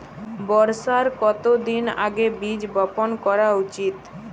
বর্ষার কতদিন আগে বীজ বপন করা উচিৎ?